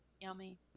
yummy